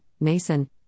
Mason